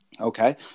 Okay